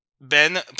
Ben